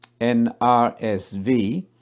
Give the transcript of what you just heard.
NRSV